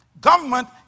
government